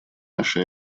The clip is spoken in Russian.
наши